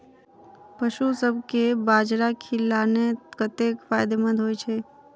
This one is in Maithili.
पशुसभ केँ बाजरा खिलानै कतेक फायदेमंद होइ छै?